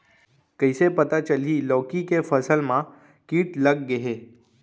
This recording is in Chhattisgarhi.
कइसे पता चलही की लौकी के फसल मा किट लग गे हे?